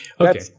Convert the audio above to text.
Okay